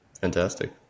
fantastic